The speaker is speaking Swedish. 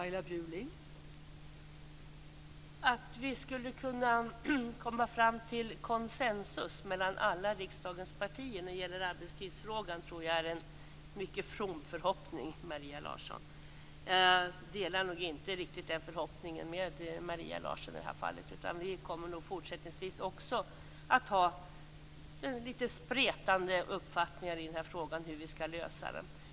Fru talman! Att vi skulle kunna nå konsensus mellan riksdagens alla partier i arbetstidsfrågan tror jag är en mycket from förhoppning, Maria Larsson! Jag har nog inte riktigt samma förhoppning i det här fallet. Vi kommer nog också fortsättningsvis att ha lite spretande uppfattningar om hur frågan skall lösas.